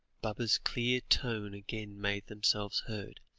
baba's clear tones again made themselves heard.